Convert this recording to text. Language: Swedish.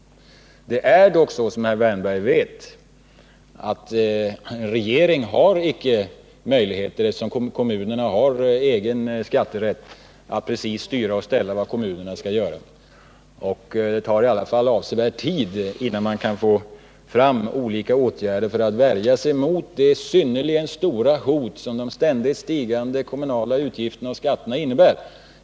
Det är dock så, som herr Wärnberg vet, att en regering har icke möjligheter att styra och ställa med vad kommunerna skall göra, eftersom kommunerna har egen skatterätt. Det tar i alla fall avsevärd tid innan man kan få fram olika åtgärder för att värja sig mot det synnerligen stora hot som de ständigt stigande kommunala utgifterna och skatterna innebär.